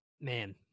Man